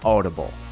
Audible